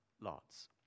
lots